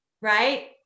right